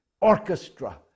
orchestra